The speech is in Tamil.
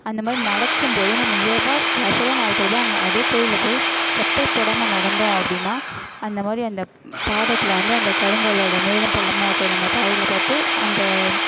அந்த மாதிரி நடக்கும் போது நம்ம இயல்பாக கேஷுவலாக நடக்கிறது அங்கே அதே கோயிலில் போய் செப்பல் போடாமல் நடந்தோம் அப்படினா அந்த மாதிரி அந்த பாதத்தில் வந்து அந்த கருங்கல்லோட மேடும் பள்ளமாக இருக்கிறது நம்ம பாதத்தில் பட்டு அந்த